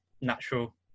natural